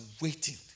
waiting